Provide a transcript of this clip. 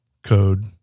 Code